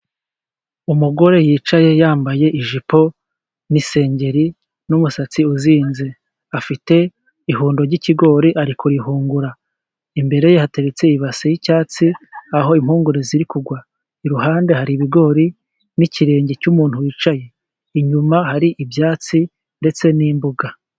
Umugore yicaye yambaye ijipo n'isengeri n'umusatsi uzinze, afite ihundo ry'ikigori ari kurihungura imbere ye hateretse ibase y'icyatsi aho impungure ziri kugwa, iruhande hari ibigori n'ikirenge cy'umuntu wicaye, inyuma hari ibyatsi ndetse n'imbuga.